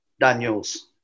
Daniels